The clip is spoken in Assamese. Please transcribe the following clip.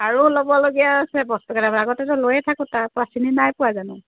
আৰু ল'বলগীয়া আছে বস্তুকেইটামান আগতেটো লৈয়ে থাকোঁ তাৰপৰা চিনি নাই পোৱা জানো